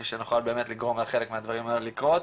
כדי שנוכל באמת לגרום לחלק מהדברים האלה לקרות.